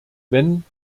wenn